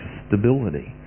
stability